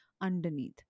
underneath